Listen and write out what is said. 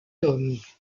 tomes